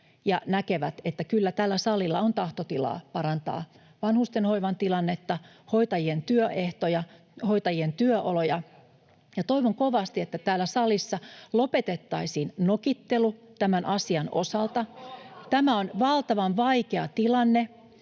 näkevät, että kyllä tällä salilla on tahtotilaa parantaa vanhustenhoivan tilannetta, hoitajien työehtoja, hoitajien työoloja. [Oikealta: Mitä te olette tehneet?] Ja toivon kovasti, että täällä salissa lopetettaisiin nokittelu tämän asian osalta. [Oikealta: Ohhoh!] Tämä on valtavan vaikea tilanne.